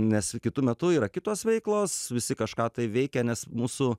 nes kitu metu yra kitos veiklos visi kažką tai veikia nes mūsų